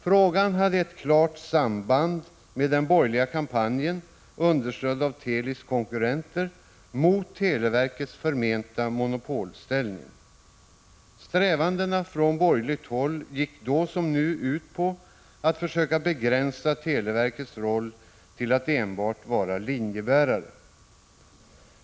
Frågan hade ett klart samband med den borgerliga kampanjen, understödd av Telis konkurrenter, mot televerkets förmenta monopolställning. Strävandena från borgerligt håll gick då som nu ut på att försöka begränsa televerkets roll till att enbart vara linjebärare.